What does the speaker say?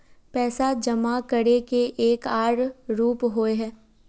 पैसा जमा करे के एक आर रूप होय है?